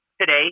today